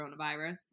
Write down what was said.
Coronavirus